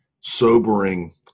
sobering